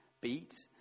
beat